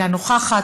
אינה נוכחת,